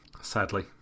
sadly